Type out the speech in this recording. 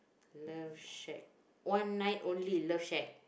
love shack one night only love shack